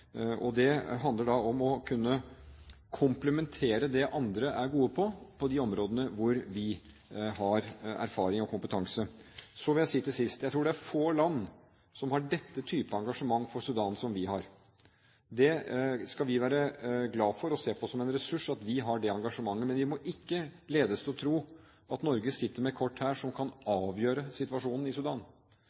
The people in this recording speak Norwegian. Det handler om å kunne komplettere det andre er gode på, på de områdene hvor vi har erfaring og kompetanse. Så vil jeg si til sist: Jeg tror det er få land som har denne type engasjement for Sudan som vi har. Vi skal være glade for og se på som en ressurs at vi har dette engasjementet, men vi må ikke ledes til å tro at Norge sitter med kort her som kan avgjøre situasjonen i Sudan.